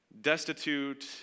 destitute